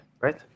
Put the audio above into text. Right